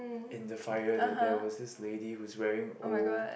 in the fire there that was this lady who is wearing old